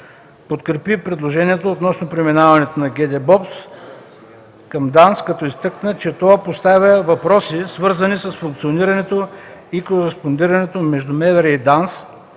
Подкрепи и предложението относно преминаването на ГДБОП към ДАНС, като изтъкна, че то поставя въпроси, свързани с функционирането и кореспондирането между МВР и ДАНС